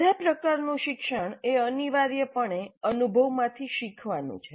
બધા પ્રકારનું શિક્ષણ એ અનિવાર્યપણે અનુભવમાંથી શીખવાનું છે